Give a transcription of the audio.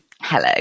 hello